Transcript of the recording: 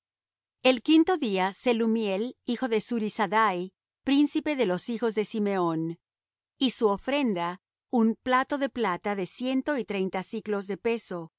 el quinto día selumiel hijo de zurisaddai príncipe de los hijos de simeón y su ofrenda un plato de plata de ciento y treinta siclos de peso